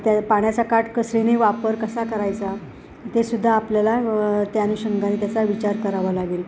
त्या पाण्याचा काट कसरीने वापर कसा करायचा तेसुद्धा आपल्याला त्या अनुषंगाने त्याचा विचार करावा लागेल